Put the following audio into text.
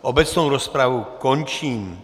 Obecnou rozpravu končím.